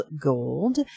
gold